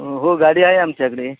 हो गाडी आहे आमच्याकडे